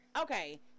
Okay